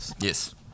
Yes